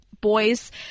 boys